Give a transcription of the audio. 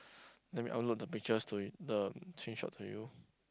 let me upload the pictures to the change out you